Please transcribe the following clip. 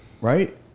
Right